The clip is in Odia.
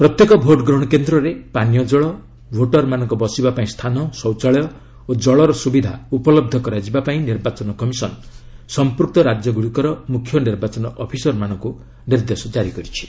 ପ୍ରତ୍ୟେକ ଭୋଟ୍ ଗ୍ରହଣ କେନ୍ଦ୍ରରେ ପାନୀୟ କଳ ଭୋଟରମାନଙ୍କ ବସିବା ପାଇଁ ସ୍ଥାନ ଶୌଚାଳୟ ଓ ଜଳର ସୁବିଧା ଉପଲହ୍ଧ କରାଯିବାକୁ ନିର୍ବାଚନ କମିଶନ ସଂପୃକ୍ତ ରାଜ୍ୟଗୁଡ଼ିକର ମୁଖ୍ୟ ନିର୍ବାଚନ ଅଫିସରମାନଙ୍କୁ ନିର୍ଦ୍ଦେଶ ଜାରି କରିଛି